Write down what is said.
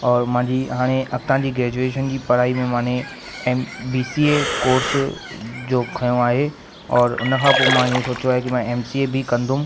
और मुंहिंजी हाणे अॻिता जी ग्रेजुएशन जी पढ़ाई में माने एम बीसीए कोर्स जो खयों आहे और उन खां पोइ माने इहो सोचियो आहे की मां एमसीए बि कंदुमि